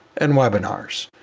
and webinars.